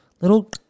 little